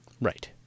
Right